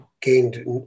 gained